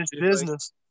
Business